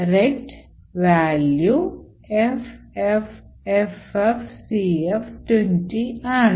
RET value FFFFCF20 ആണ്